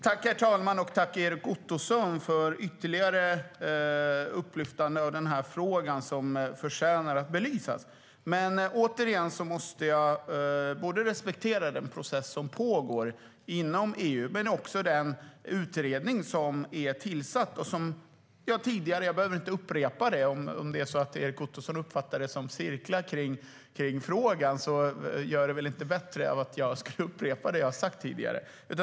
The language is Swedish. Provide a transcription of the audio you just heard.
Herr talman! Tack, Erik Ottoson, för att frågan lyfts upp ytterligare. Den förtjänar att belysas. Jag måste återigen påminna om att jag måste respektera den process som pågår inom EU och den tillsatta utredningen. Om Erik Ottoson uppfattar det som att jag cirklar runt frågan blir det inte bättre av att jag upprepar det jag har sagt tidigare.